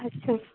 ᱟᱪᱪᱷᱟ